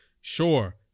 sure